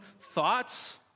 thoughts